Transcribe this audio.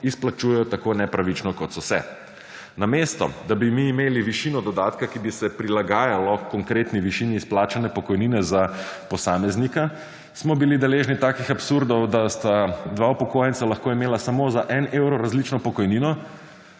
izplačujejo tako nepravično kot so se. Namesto, da bi mi imeli višino dodatka, ki bi se prilagajalo konkretni višini izplačane pokojnine za posameznika, **21. TRAK: (VP) 15.40** (nadaljevanje) smo bili deležni takih absurdov, da sta dva upokojenca lahko imela samo za en evro različno pokojnino,